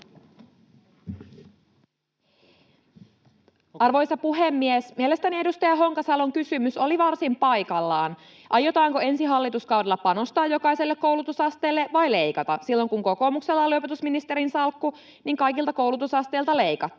Arvoisa puhemies! Mielestäni edustaja Honkasalon kysymys oli varsin paikallaan: aiotaanko ensi hallituskaudella panostaa jokaiselle koulutusasteelle vai leikata? Silloin, kun kokoomuksella oli opetusministerin salkku, kaikilta koulutusasteilta leikattiin.